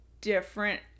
different